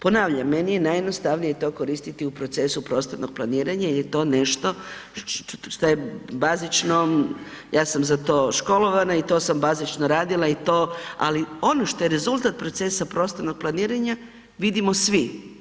Ponavljam, meni je najjednostavnije to koristiti u procesu prostornog planiranja jer je to nešto šta je bazično, ja sam za to školovana i to sam bazično radila i to, ali ono što je rezultat procesa prostornog planiranja vidimo svi.